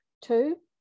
two